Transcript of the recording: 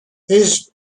his